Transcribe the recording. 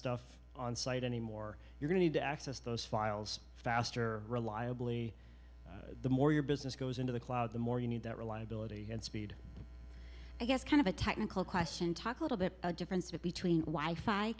stuff on site anymore you're going to access those files faster reliably the more your business goes into the cloud the more you need that reliability and speed i guess kind of a technical question talk a little bit of difference between why fi